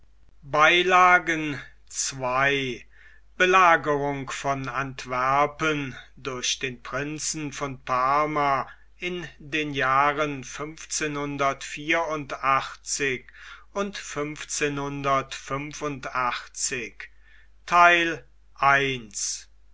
ii belagerung von antwerpen durch den prinzen von parma in den jahren und